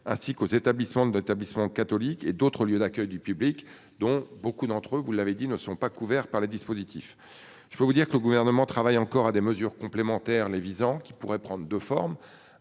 ainsi qu'aux établissements de l'établissement catholique et d'autres lieux d'accueil du public dont beaucoup d'entre eux vous l'avez dit, ne sont pas couverts par les dispositifs, je peux vous dire que le gouvernement travaille encore à des mesures complémentaires les visant qui pourrait prendre deux formes.